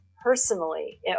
personally